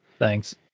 Thanks